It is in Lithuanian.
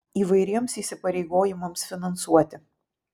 įvairiems įsipareigojimams finansuoti